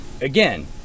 again